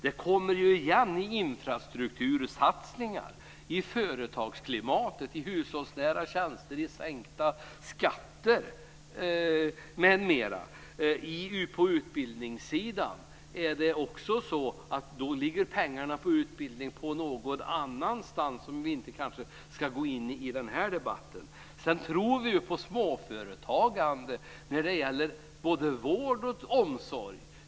De kommer igen i infrastruktursatsningar, i satsningar på företagsklimatet och hushållsnära tjänster och i sänkta skatter m.m. På utbildningssidan hamnar pengarna någon annanstans, men det ska vi kanske inte gå in på i denna debatt. Vi tror på småföretagande när det gäller både vård och omsorg.